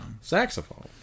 saxophone